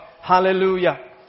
Hallelujah